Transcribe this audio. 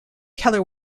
keller